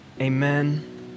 amen